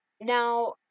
Now